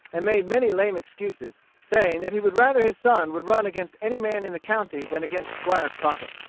and made many lame excuses, saying that he would rather his son would run against any man in the county than against squire crockett.